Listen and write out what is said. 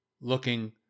looking